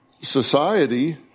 society